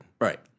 Right